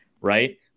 right